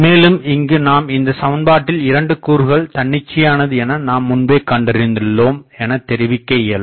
மேலும் இங்கு இந்த சமன்பாட்டில் இரண்டு கூறுகள் தன்னிச்சையானதுஎன நாம் முன்பே கண்டறிந்துள்ளோம் எனத்தெரிவிக்க இயலும்